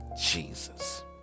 Jesus